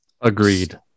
Agreed